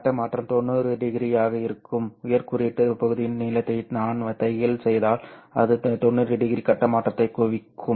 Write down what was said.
கட்ட மாற்றம் 90 டிகிரியாக இருக்கும் உயர் குறியீட்டு பகுதியின் நீளத்தை நான் தையல் செய்தால் அது 90 டிகிரி கட்ட மாற்றத்தைக் குவிக்கும்